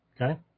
Okay